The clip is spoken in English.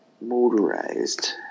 Motorized